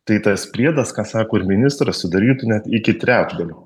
tai tas priedas ką sako ir ministras sudarytų net iki trečdalio